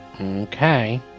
Okay